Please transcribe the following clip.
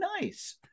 nice